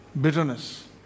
bitterness